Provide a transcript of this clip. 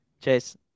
Chase